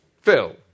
Phil